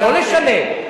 לא משנה.